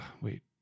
Wait